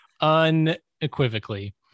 unequivocally